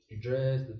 dress